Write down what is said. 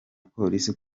polisi